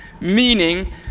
Meaning